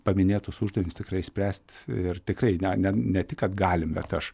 paminėtus uždavinius tikrai išspręst ir tikrai ne ne ne tik kad galim bet aš